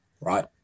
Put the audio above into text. right